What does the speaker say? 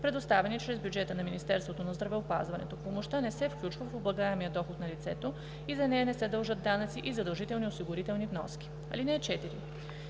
предоставени чрез бюджета на Министерството на здравеопазването. Помощта не се включва в облагаемия доход на лицето и за нея не се дължат данъци и задължителни осигурителни вноски. (4) Министърът